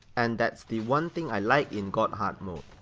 and that's the one thing i like in god hard mode.